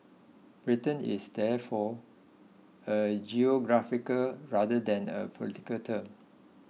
Britain is therefore a geographical rather than a political term